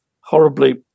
horribly